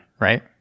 right